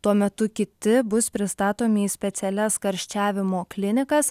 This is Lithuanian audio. tuo metu kiti bus pristatomi į specialias karščiavimo klinikas